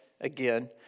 again